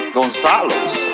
Gonzalo's